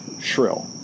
shrill